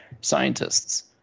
scientists